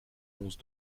onze